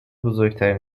بزرگترین